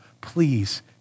Please